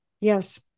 Yes